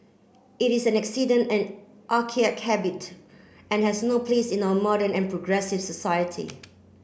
it is an accident and archaic habit and has no place in our modern and progressive society